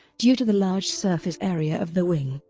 due to the large surface area of the wing,